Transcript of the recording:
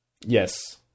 Yes